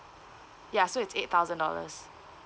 ya so it's eight thousand dollars